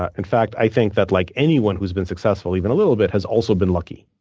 ah in fact, i think that like anyone who has been successful even a little bit, has also been lucky.